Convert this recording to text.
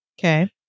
Okay